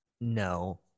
No